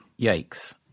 Yikes